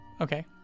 Okay